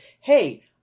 hey